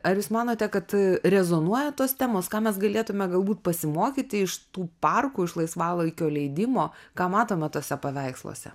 ar jūs manote kad rezonuoja tos temos ką mes galėtume galbūt pasimokyti iš tų parkų iš laisvalaikio leidimo ką matome tuose paveiksluose